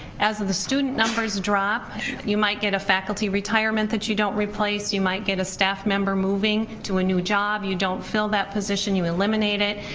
as the student numbers drop you might get a faculty retirement that you don't replace. you might get a staff member moving to a new job, you don't fill that position, you eliminate it.